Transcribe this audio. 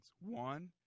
One